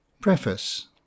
Preface